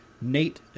nate